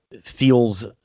feels